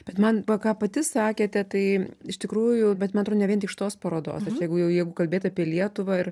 bet man va ką pati sakėte tai iš tikrųjų bet man atrodo ne vien tik šitos parodos jeigu jau jeigu kalbėt apie lietuvą ir